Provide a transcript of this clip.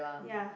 ya